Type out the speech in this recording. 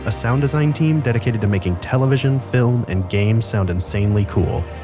ah sound design team dedicated to making television, film and games sound insanely cool.